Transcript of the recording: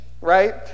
right